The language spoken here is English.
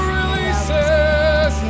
releases